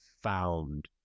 found